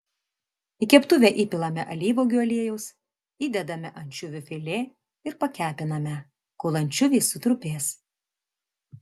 į keptuvę įpilame alyvuogių aliejaus įdedame ančiuvių filė ir pakepiname kol ančiuviai sutrupės